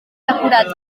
decorat